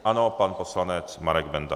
Ano, pan poslanec Marek Benda.